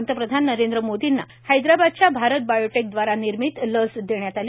पंतप्रधान नरेंद्र मोदींना हैदराबादच्या भारत बायोटेक द्वारा निर्मिती लस देण्यात आली